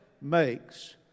makes